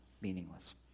meaningless